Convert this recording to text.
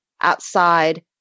outside